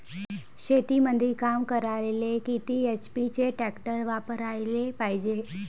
शेतीमंदी काम करायले किती एच.पी चे ट्रॅक्टर वापरायले पायजे?